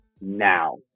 now